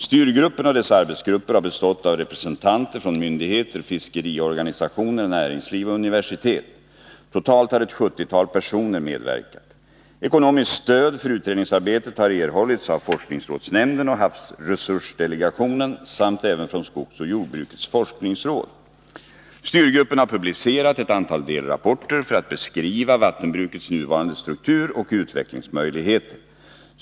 Styrgruppen och dess arbetsgrupper har bestått av representanter från myndigheter, fiskeriorganisationer, näringsliv och universitet. Totalt har ett 70-tal personer medverkat. Ekonomiskt stöd för utredningsarbetet har erhållits av forskningsrådsnämnden och havsresursdelegationen samt även från skogsoch jordbrukets forskningsråd. Styrgruppen har publicerat ett antal delrapporter för att beskriva vattenbrukets nuvarande struktur och utvecklingsmöjligheter.